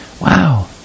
Wow